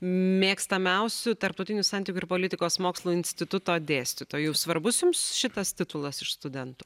mėgstamiausiu tarptautinių santykių ir politikos mokslų instituto dėstytoju svarbus jums šitas titulas iš studentų